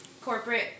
corporate